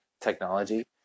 technology